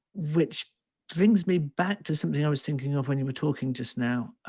which brings me back to something i was thinking of when you were talking just now,